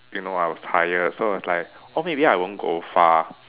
you know I was tired so I was like oh maybe I won't go far